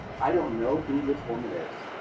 i don't know who this woman is.